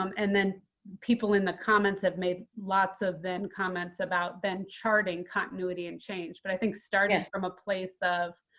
um and then people in the comments have made lots of, then, comments about them charting continuity and change yes. but i think starting from a place of.